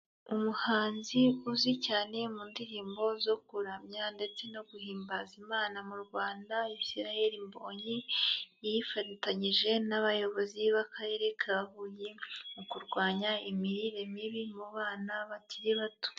Umuhanzi uzwi cyane mu ndirimbo zo kuramya ndetse no guhimbaza imana mu Rwanda, Israel Mbonyi, yifatanyije n'abayobozi b'akarere ka Huye mu kurwanya imirire mibi mu bana bakiri bato.